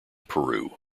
peru